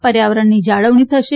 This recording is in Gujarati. પર્યાવરણની જાળવણી થશે